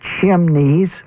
chimneys